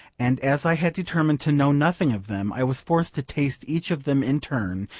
and as i had determined to know nothing of them, i was forced to taste each of them in turn,